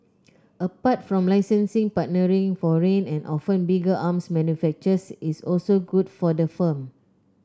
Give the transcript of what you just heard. apart from licensing partnering foreign and often bigger arms manufacturers is also good for the firm